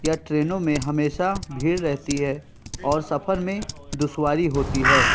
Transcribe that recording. یا ٹرینوں میں ہمیشہ بھیڑ رہتی ہے اور سفر میں دشواری ہوتی ہے